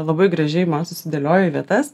labai gražiai susidėliojo į vietas